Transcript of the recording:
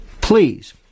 Please